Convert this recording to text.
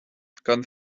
gan